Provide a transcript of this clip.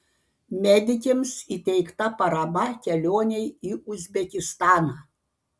medikėms įteikta parama kelionei į uzbekistaną